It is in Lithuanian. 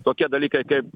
tokie dalykai kaip